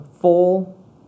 full